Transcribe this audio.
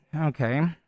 okay